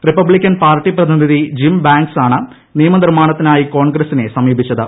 Republican party പ്രതിനിധി Jim Banks ആണ് നിയമനിർമ്മാണത്തിനായി കോൺഗ്രസിനെ സമീപിച്ചത്